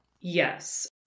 Yes